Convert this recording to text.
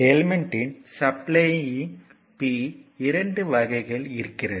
element இன் supplying P இரண்டு வகைகள் இருக்கிறது